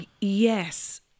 Yes